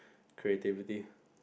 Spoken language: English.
creativity